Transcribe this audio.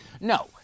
No